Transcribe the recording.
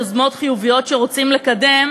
יוזמות חיוביות שרוצים לקדם,